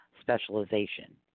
Specialization